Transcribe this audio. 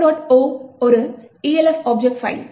o ஒரு Elf object file